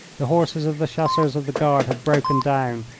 the horses of the chasseurs of the guard had broken down,